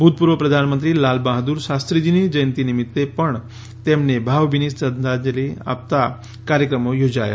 ભૂતપૂર્વ પ્રધાનમંત્રી લાલબહાદ્વર શાસ્ત્રીજીની જયંતી નિમિત્તે પણ તેમને ભાવભીની અંજલી આપતા કાર્યક્રમો યોજાયા